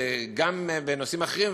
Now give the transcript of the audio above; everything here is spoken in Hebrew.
גם בנושאים אחרים,